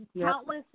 countless